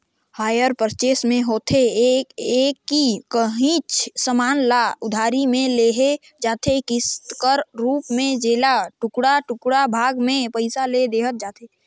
hire purchase में होथे ए कि काहींच समान ल उधारी में लेहल जाथे किस्त कर रूप में जेला टुड़का टुड़का भाग में पइसा ल देहल जाथे